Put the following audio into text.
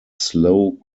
slow